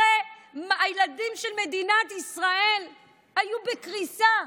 הרי הילדים של מדינת ישראל היו בקריסה,